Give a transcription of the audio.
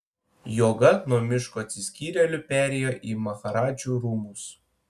joga nuo miško atsiskyrėlių perėjo į maharadžų rūmus